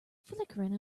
flickering